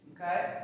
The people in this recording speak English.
okay